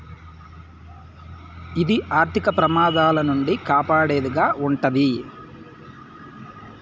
ఇది ఆర్థిక ప్రమాదాల నుండి కాపాడేది గా ఉంటది